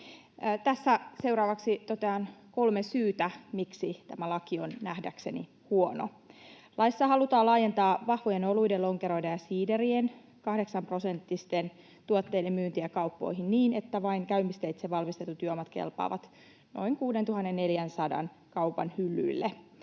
Tässä seuraavaksi totean kolme syytä, miksi tämä laki on nähdäkseni huono. Laissa halutaan laajentaa vahvojen oluiden, lonkeroiden ja siiderien, 8-prosenttisten tuotteiden, myyntiä kauppoihin niin, että vain käymisteitse valmistetut juomat kelpaavat noin 6 400 kaupan hyllyille.